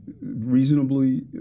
reasonably